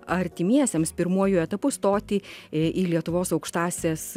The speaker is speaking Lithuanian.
artimiesiems pirmuoju etapu stoti į lietuvos aukštąsias